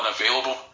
unavailable